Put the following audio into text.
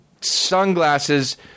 sunglasses